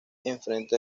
enfrente